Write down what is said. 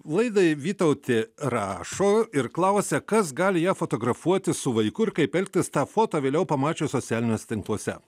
laidai vytautė rašo ir klausia kas gali ją fotografuoti su vaiku ir kaip elgtis tą foto vėliau pamačius socialiniuose tinkluose